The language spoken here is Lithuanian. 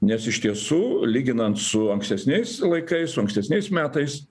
nes iš tiesų lyginant su ankstesniais laikais su ankstesniais metais